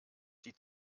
die